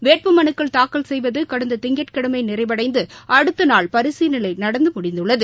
வேட்பு மனுக்கள் தாக்கல் செய்வதுகடந்ததிங்கட்கிழமைநிறைவடைந்துஅடுத்தநாள் பரிசீலனைநடந்துமுடிந்துள்ளது